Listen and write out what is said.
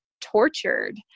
tortured